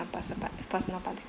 personal part~ personal